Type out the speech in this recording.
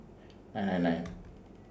nine hundred nine